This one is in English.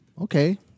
Okay